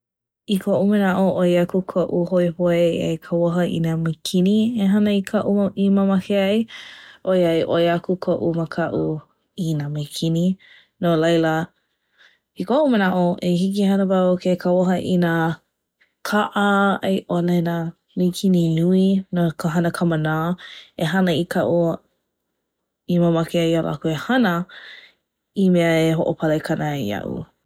I ko’u mana’o ‘oi aku ko’u hoihoi e kauoha i nā mīkini e hana i kaʻu mau hana i mamake ai ʻOiai ʻoi aku koʻu makaʻu i nā mīkini no laila i koʻu manaʻo ua hiki ke hana wau ke kauoha i nā kaʻa a i ʻole nā mīkini nui no ka hana kamanā E hana i kaʻu i mamake ai e hana i mea e hoʻopalekana ai iaʻu.